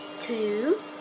two